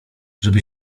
żeby